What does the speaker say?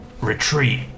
retreat